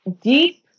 deep